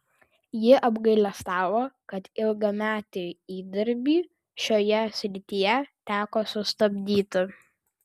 ji apgailestavo kad ilgametį įdirbį šioje srityje teko sustabdyti